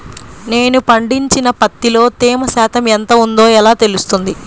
నేను పండించిన పత్తిలో తేమ శాతం ఎంత ఉందో ఎలా తెలుస్తుంది?